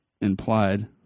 implied